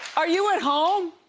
are you at home?